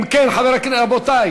אם כן, רבותי,